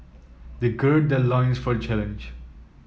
they gird their loins for the challenge